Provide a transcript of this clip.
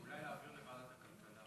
אולי להעביר לוועדת הכלכלה.